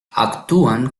actúan